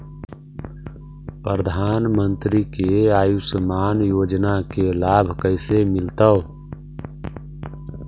प्रधानमंत्री के आयुषमान योजना के लाभ कैसे मिलतै?